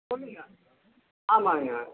சொல்லுங்கள் ஆமாங்க